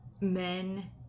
men